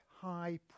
high